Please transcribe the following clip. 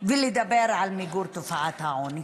ולדבר על מיגור תופעת העוני.